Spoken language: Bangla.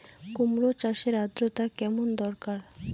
কুমড়ো চাষের আর্দ্রতা কেমন দরকার?